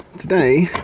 today,